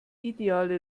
ideale